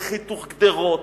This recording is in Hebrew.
בחיתוך גדרות,